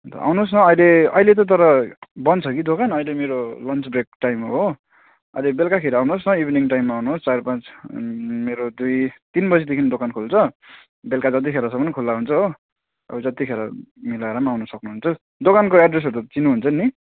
अन्त आउनोस् न अहिले अहिले त तर बन्द छ कि दोकान अहिले मेरो लन्चब्रेक टाइम हो अहिले बेलुकाखेरि आउनुहोस् न इभिनिङ टाइममा आउनुहोस् चार पाँच मेरो दुई तिन बजेदेखि दोकान खोल्छ बेलुका जतिखेरसम्म खुला हुन्छ हो अब जतिखेर मिलाएर पनि आउन सक्नहुन्छ दोकानको एड्रेसहरू त चिन्नुहुन्छ नि